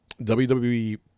WWE